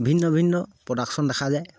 ভিন্ন ভিন্ন প্ৰডাকশ্যন দেখা যায়